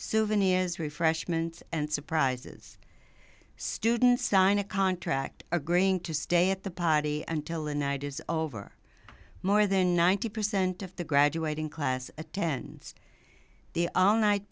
souvenirs refreshments and surprises students sign a contract agreeing to stay at the party until the night is over more than ninety percent of the graduating class attends the